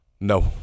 No